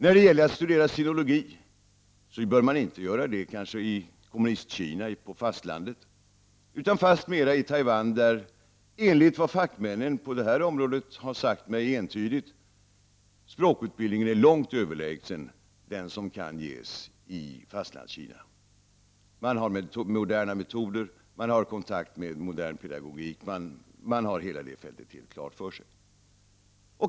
När det gäller att studera sinologi bör man inte göra det i Kommunistkina, 121 på fastlandet, utan fastmer i Taiwan där, enligt vad fackmännen på detta område entydigt har sagt mig, språkutbildningen är långt överlägsen den som kan ges i Fastlandskina, man har moderna metoder, kontakt med modern pedagogik, man har hela det fältet klart för sig.